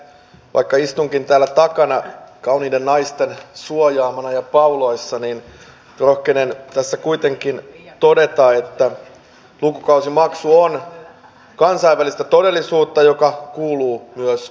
vaikka istunkin täällä takana kauniiden naisten suojaamana ja pauloissa niin rohkenen tässä kuitenkin todeta että lukukausimaksu on kansainvälistä todellisuutta joka kuuluu myös suomeen